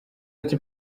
ati